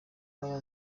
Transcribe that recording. baba